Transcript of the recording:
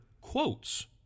quotes